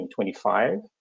2025